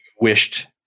wished